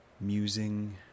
musing